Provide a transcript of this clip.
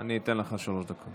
אני אתן לך שלוש דקות.